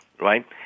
right